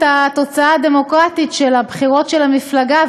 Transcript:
התוצאה הדמוקרטית של הבחירות של המפלגה,